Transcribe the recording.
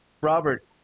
Robert